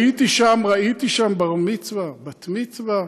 הייתי שם, ראיתי שם בר-מצווה, בת-מצווה.